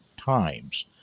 times